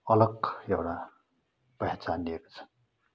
अलग एउटा पेहेचान दिएको छ